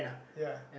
ya